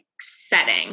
setting